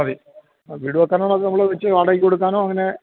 അതെ വീട് വെക്കാനാണോ അതോ നമ്മൾ വെച്ച് വാടകക്ക് കൊടുക്കാനോ അങ്ങനെ